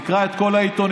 תקרא את כל העיתונים,